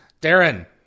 Darren